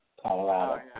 Colorado